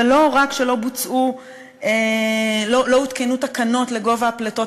ולא רק שלא הותקנו תקנות לגובה הפליטות